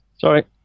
Sorry